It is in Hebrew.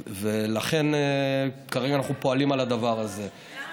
ולכן כרגע אנחנו פועלים על הדבר הזה,